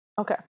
Okay